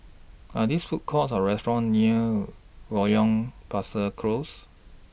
Are theirs Food Courts Or restaurants near Loyang Besar Close